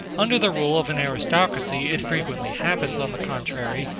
under the rule of an aristocracy it frequently happens, on the contrary,